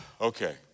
Okay